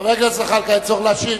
חבר הכנסת זחאלקה, אין צורך להשיב.